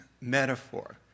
metaphor